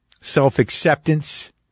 self-acceptance